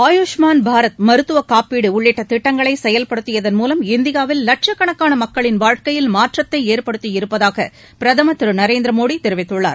ஆயுஷ்மான் பாரத் மருத்துவக் காப்பீடு உள்ளிட்ட திட்டங்களை செயல்படுத்தியதன் மூலம் இந்தியாவில் வட்கக்கணக்கான மக்களின் வாழ்க்கையில் மாற்றத்தை ஏற்படுத்தியிருப்பதாக பிரதமர் திரு நரேந்திர மோடி தெரிவித்துள்ளார்